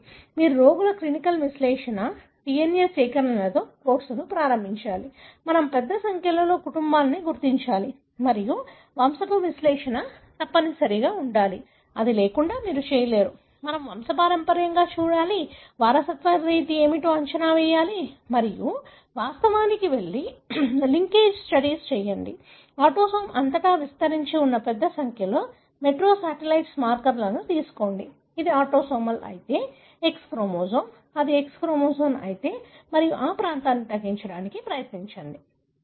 మీరు రోగుల క్లినికల్ విశ్లేషణ DNA సేకరణలతో కోర్సు ప్రారంభించాలి మనము పెద్ద సంఖ్యలో కుటుంబాలను గుర్తించాలి మరియు వంశపు విశ్లేషణ తప్పనిసరిగా ఉండాలి అది లేకుండా మీరు చేయలేరు మనము వంశపారంపర్యంగా చూడాలి వారసత్వ రీతి ఏమిటో అంచనా వేయాలి మరియు వాస్తవానికి వెళ్లి లింకేజ్ స్టడీస్ చేయండి ఆటోసోమ్ అంతటా విస్తరించి ఉన్న పెద్ద సంఖ్యలో మైక్రో శాటిలైట్ మార్కర్లను తీసుకోండి అది ఆటోసోమల్ అయితే X క్రోమోజోమ్ అది X క్రోమోజోమల్ అయితే మరియు ఆ ప్రాంతాన్ని తగ్గించడానికి ప్రయత్నించండి సరియైనదా